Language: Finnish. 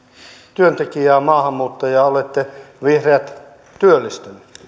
työntekijää maahanmuuttajaa olette vihreät työllistäneet